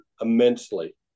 immensely